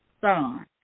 son